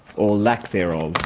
or lack thereof.